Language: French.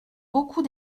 beaucoup